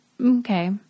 Okay